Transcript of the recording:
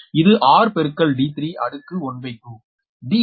இது r பெருக்கல் d3 அடுக்கு 1 பய் 2